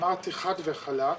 אמרתי חד וחלק,